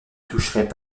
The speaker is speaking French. toucherait